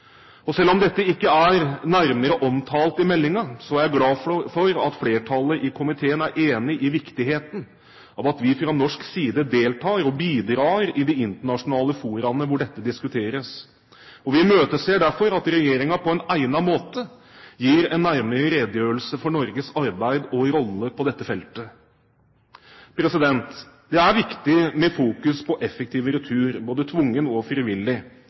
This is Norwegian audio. Selv om dette ikke er nærmere omtalt i meldingen, er jeg glad for at flertallet i komiteen er enig i viktigheten av at vi fra norsk side deltar og bidrar i de internasjonale foraene hvor dette diskuteres. Vi imøteser derfor at regjeringen på en egnet måte gir en nærmere redegjørelse for Norges arbeid og rolle på dette feltet. Det er viktig med fokus på effektiv retur, både tvungen og frivillig,